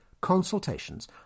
Consultations